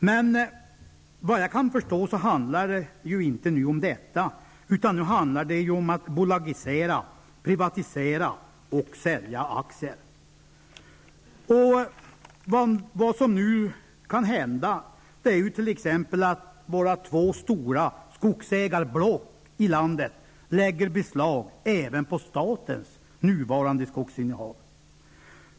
Men vad jag kan förstå, handlar det inte om detta utan om att bolagisera, privatisera och sälja aktier. Vad som nu kan hända är t.ex. att våra två stora skogsägarblock i landet lägger beslag även på statens nuvarande skogsinnehav.